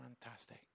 fantastic